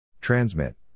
Transmit